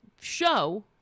show